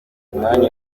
mwanya